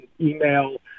email